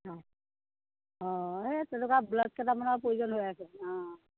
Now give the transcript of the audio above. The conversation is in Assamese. অ অ এই তেনেকুৱা ব্লাউজ কেইটামানৰ প্ৰয়োজন হৈ আছে অ